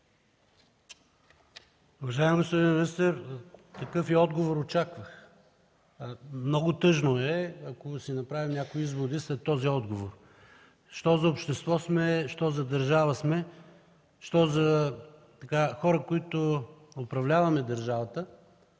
Уважаеми господин министър, такъв и отговор очаквах. Много тъжно е, ако си направим някои изводи след този отговор, що за общество сме, що за държава сме, що за хора, които управляваме държавата,